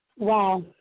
wow